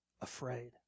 afraid